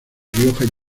rioja